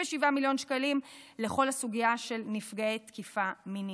מיליון שקלים לכל הסוגיה של נפגעי תקיפה מינית.